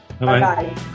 Bye